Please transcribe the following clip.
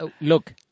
Look